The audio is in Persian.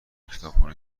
کتابخونه